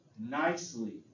nicely